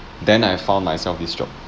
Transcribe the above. then I found myself this job